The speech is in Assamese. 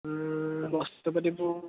বস্তু পাতিবোৰ